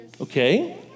Okay